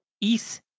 east